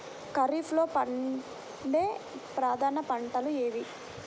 ఖరీఫ్లో పండే ప్రధాన పంటలు ఏవి?